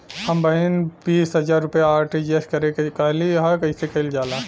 हमर बहिन बीस हजार रुपया आर.टी.जी.एस करे के कहली ह कईसे कईल जाला?